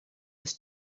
was